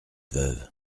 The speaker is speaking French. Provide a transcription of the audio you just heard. veuve